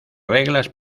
reglas